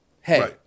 Hey